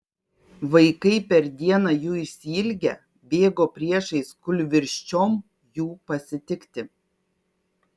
vaikai per dieną jų išsiilgę bėgo priešais kūlvirsčiom jų pasitikti